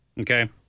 Okay